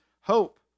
hope